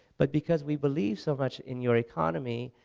but because we believe so much in your economy,